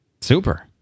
Super